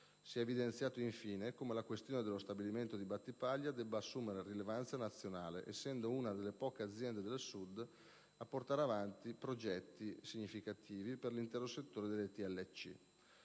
Si è evidenziato infine come la questione dello stabilimento di Battipaglia debba assumere rilevanza nazionale, essendo una delle poche aziende del Sud a portare avanti progetti significativi per l'intero settore delle